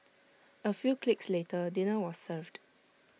A few clicks later dinner was served